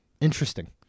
Interesting